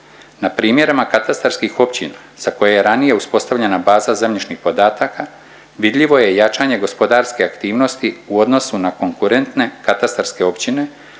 Na primjerima katastarskih općina za koje je ranije uspostavljena baza zemljišnih podataka vidljivo je jačanje gospodarske aktivnosti u odnosu na konkurentne katastarske općine,